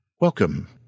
Welcome